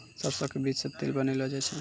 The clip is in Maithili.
सरसों के बीज सॅ तेल बनैलो जाय छै